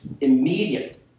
immediate